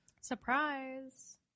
Surprise